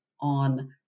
on